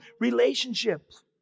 relationships